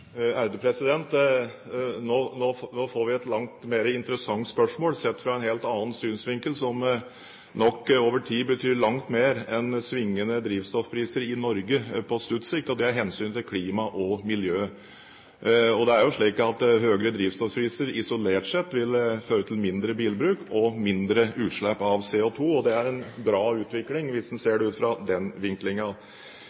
Nå får vi et langt mer interessant spørsmål sett fra en helt annen synsvinkel, som nok over tid betyr langt mer enn svingende drivstoffpriser i Norge på kort sikt, og det er hensynet til klima og miljø. Og det er jo slik at høyere drivstoffpriser isolert sett vil føre til mindre bilbruk og mindre utslipp av CO2, og det er en bra utvikling hvis en ser